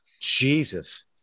jesus